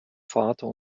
vater